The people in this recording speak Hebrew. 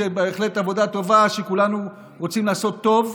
זו בהחלט עבודה טובה, וכולנו רוצים לעשות טוב.